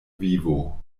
vivo